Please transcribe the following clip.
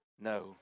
no